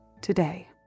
today